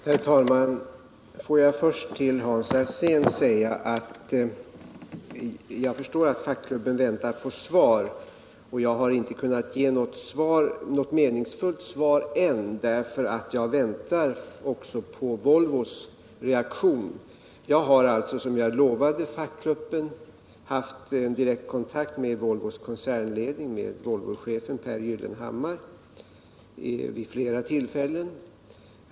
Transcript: Herr talman! Får jag först till Hans Alsén säga att jag förstår att fackklubben väntar svar, men jag har inte kunnat ge något meningsfullt svar ännu, för jag väntar på Volvos reaktion. Jag har, som jag lovade fackklubben, vid flera tillfällen haft direktkontakt med Volvos koncernledning, med Volvochefen Pehr Gyllenhammar.